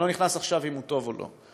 ואני לא נכנס עכשיו לשאלה אם הוא טוב או לא.